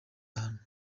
hantu